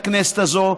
לכנסת הזאת,